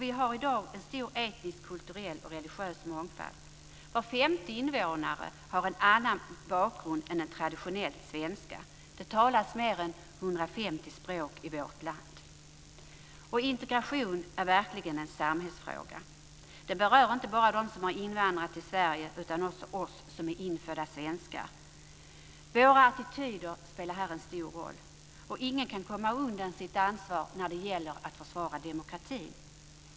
Vi har i dag en stor etnisk, kulturell och religiös mångfald. Var femte invånare har en annan bakgrund en den traditionellt svenska. Det talas mer än 150 språk i vårt land. Integration är verkligen en samhällsfråga. Den berör inte bara dem som har invandrat till Sverige utan också oss som är infödda svenskar. Våra attityder spelar här en stor roll. Ingen kan komma undan sitt ansvar när det gäller att försvara demokratin.